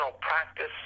practice